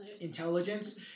intelligence